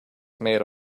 made